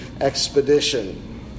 expedition